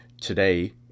today